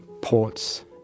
Ports